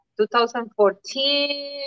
2014